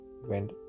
went